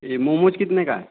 ये मोमोज कितने का है